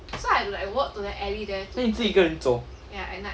then 你自己一个人走